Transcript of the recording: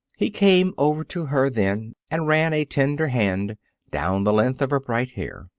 he came over to her then and ran a tender hand down the length of her bright hair.